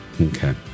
Okay